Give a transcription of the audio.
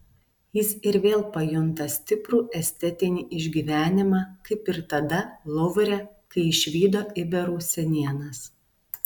jis ir vėl pajunta stiprų estetinį išgyvenimą kaip ir tada luvre kai išvydo iberų senienas